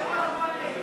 משרד האנרגיה והמים,